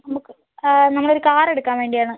നമുക്ക് നമ്മളൊരു കാർ എടുക്കാൻ വേണ്ടിയാണ്